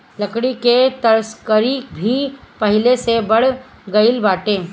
लकड़ी के तस्करी भी पहिले से बढ़ गइल बाटे